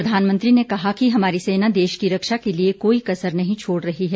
प्रधानमंत्री ने कहा कि हमारी सेना देश की रक्षा के लिए कोई कसर नहीं छोड़ रही है